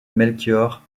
melchior